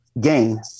gain